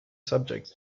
subjects